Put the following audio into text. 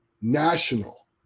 national